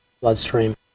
bloodstream